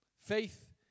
Faith